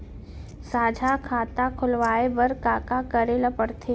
साझा खाता खोलवाये बर का का करे ल पढ़थे?